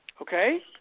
okay